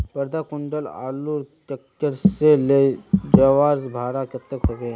पंद्रह कुंटल आलूर ट्रैक्टर से ले जवार भाड़ा कतेक होबे?